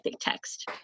text